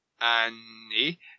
Annie